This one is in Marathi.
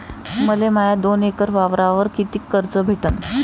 मले माया दोन एकर वावरावर कितीक कर्ज भेटन?